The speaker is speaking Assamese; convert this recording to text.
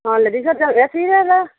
অ লেডিজত যাম এ চি